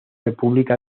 república